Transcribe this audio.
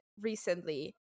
recently